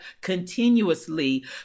continuously